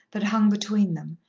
that hung between them,